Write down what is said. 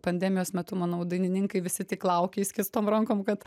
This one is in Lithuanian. pandemijos metu manau dainininkai visi tik laukė išskėstom rankom kad